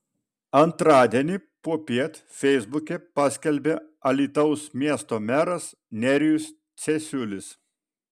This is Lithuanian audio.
antradienį popiet feisbuke paskelbė alytaus miesto meras nerijus cesiulis